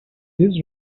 this